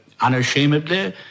unashamedly